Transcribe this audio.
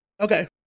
Okay